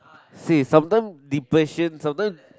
see sometime depression sometime